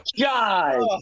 God